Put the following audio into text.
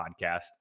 podcast